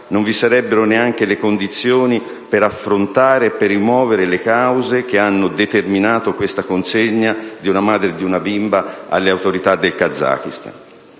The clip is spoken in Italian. non vi sarebbero neanche le condizioni per affrontare e rimuovere le cause che hanno determinato la consegna di una madre e di una bimba alle autorità del Kazakistan.